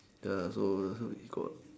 ya so so he's got